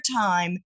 time